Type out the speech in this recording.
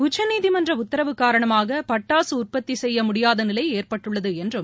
உச்சநீதிமன்ற உத்தரவு காரணமாக பட்டாசு உற்பத்தி செய்ய முடியாத நிலை ஏற்பட்டுள்ளது என்றும்